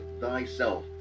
thyself